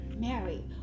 Mary